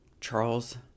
Charles